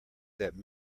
that